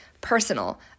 Personal